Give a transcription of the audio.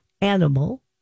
animal